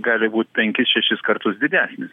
gali būt penkis šešis kartus didesnis